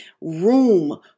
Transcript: room